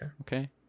Okay